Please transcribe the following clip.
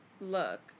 Look